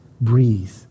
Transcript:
breathe